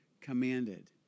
commanded